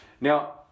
Now